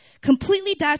completely